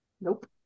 Nope